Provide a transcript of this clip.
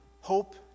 hope